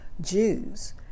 Jews